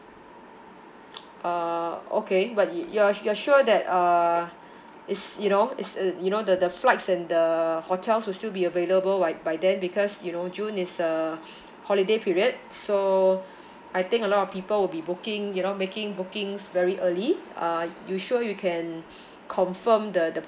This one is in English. uh okay but you're you're sure that uh it's you know it's you know the the flights and the hotels would still be available by by then because you know june is a holiday period so I think a lot of people will be booking you know making bookings very early uh you sure you can confirm the the